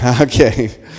Okay